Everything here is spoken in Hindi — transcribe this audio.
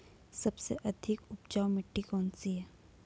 सबसे अधिक उपजाऊ मिट्टी कौन सी है?